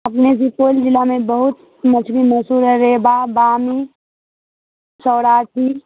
اپنے سپول جلع میں بہت مچھلی مشہور ہے ریبا بامی سوراچی